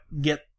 get